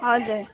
हजुर